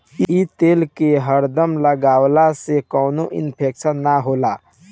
इ तेल के हरदम लगवला से कवनो इन्फेक्शन ना होला